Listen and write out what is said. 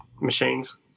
machines